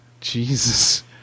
Jesus